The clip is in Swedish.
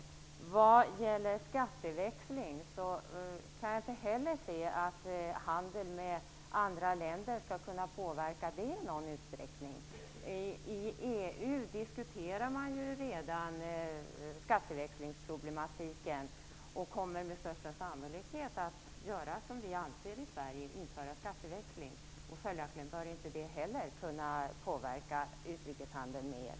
Inte heller kan jag se att handeln med andra länder i någon utsträckning skall kunna påverka en skatteväxling. I EU diskuterar man redan skatteväxlingsproblematiken, och man kommer med största sannolikhet att liksom vi vill göra i Sverige genomföra en skatteväxling. Följaktligen bör inte heller det kunna påverka utrikeshandeln med el.